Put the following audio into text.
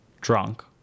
drunk